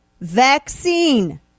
vaccine